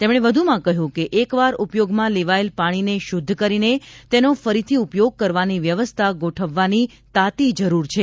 તેમણે વધુમાં કહ્યું કે એકવાર ઉપયોગમાં લેવાયેલ પાણીને શાદ્ધ કરીને તેનો ફરીથી ઉપયોગ કરવાની વ્યવસ્થા ગોઠવવાની તાતી જરૂર છે